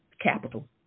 capital